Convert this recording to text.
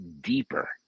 deeper